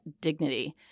dignity